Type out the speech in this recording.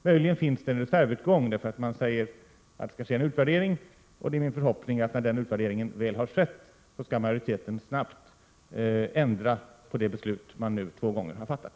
Möjligen finns det en reservutgång, eftersom det sägs att det skall ske en utvärdering. Det är min förhoppning att när den utvärderingen väl har skett skall majoriteten snabbt ändra på det beslut som nu har fattats två gånger.